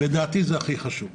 לדעתי זה הכי חשוב.